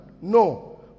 No